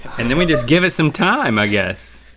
and then we just give it some time i guess.